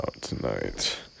tonight